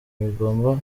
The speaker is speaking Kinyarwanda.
bigomba